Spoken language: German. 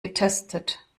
getestet